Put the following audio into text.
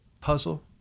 puzzle